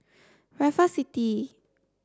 Raffles City